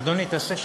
אדוני, תעשה שקט.